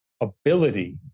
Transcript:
ability